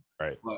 Right